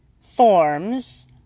forms